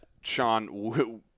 Sean